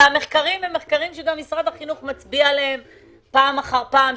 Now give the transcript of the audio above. גם משרד החינוך מצביע על המחקרים האלה פעם אחר פעם,